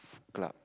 club